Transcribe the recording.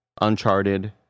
Uncharted